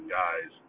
guys